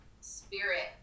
spirit